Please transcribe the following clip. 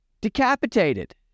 decapitated